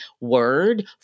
word